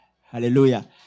Hallelujah